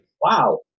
Wow